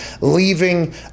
leaving